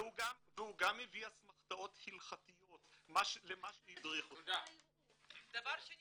והוא גם הביא אסמכתאות הלכתיות למה --- דבר שני